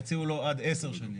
יציעו לו עד 10 שנים.